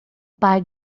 pai